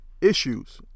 issues